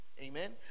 Amen